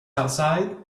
outside